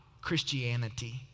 Christianity